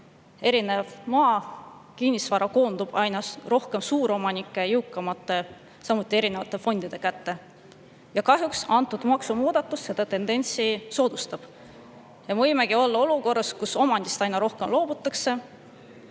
rohkem maa, kinnisvara koondub jõukamate suuromanike, samuti erinevate fondide kätte ja kahjuks see maksumuudatus seda tendentsi soodustab. Me võimegi olla olukorras, kus omandist aina rohkem loobutakse.